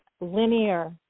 Linear